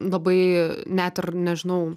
labai net ir nežinau